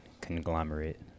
Conglomerate